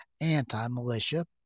anti-militia